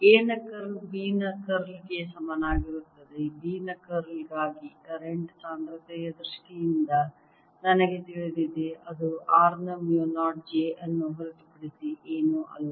A ನ curl B ನ curl ಗೆ ಸಮನಾಗಿರುತ್ತದೆ B ನ ಕರ್ಲ್ ಗಾಗಿ ಕರೆಂಟ್ ಸಾಂದ್ರತೆಯ ದೃಷ್ಟಿಯಿಂದ ನನಗೆ ತಿಳಿದಿದೆ ಅದು r ನ ಮ್ಯೂ 0 j ಅನ್ನು ಹೊರತುಪಡಿಸಿ ಏನೂ ಅಲ್ಲ